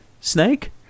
Snake